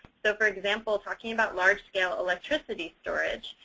so for example talking about large scale electricity storage,